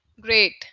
Great